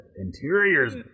interiors